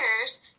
years